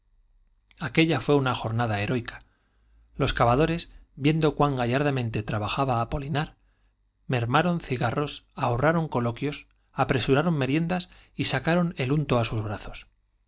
aquella fué una jornada heroica los cavadores viendo cuán gallardamente trabajaba apolinar mermarón cigarros ahorraron coloquios apresuraron meriendas y sacaron el unto á sus brazos